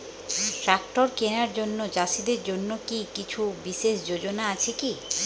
Tractor কেনার জন্য চাষীদের জন্য কী কিছু বিশেষ যোজনা আছে কি?